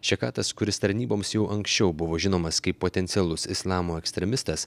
šekatas kuris tarnyboms jau anksčiau buvo žinomas kaip potencialus islamo ekstremistas